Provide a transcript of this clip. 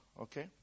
Okay